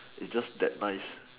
it's just that nice